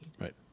Right